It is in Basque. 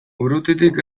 urrutitik